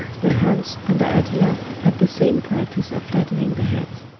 the huns under attila had the same practice of flattening the heads.